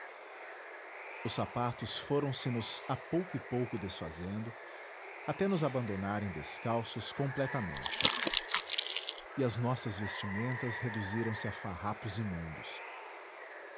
os sapatos foram se nos a pouco e pouco desfazendo até nos abandonarem descalços completamente e as nossas vestimentas reduziram se a farrapos imundos